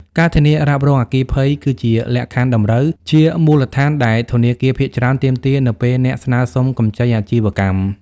ការធានារ៉ាប់រងអគ្គិភ័យ គឺជាលក្ខខណ្ឌតម្រូវជាមូលដ្ឋានដែលធនាគារភាគច្រើនទាមទារ នៅពេលអ្នកស្នើសុំកម្ចីអាជីវកម្ម។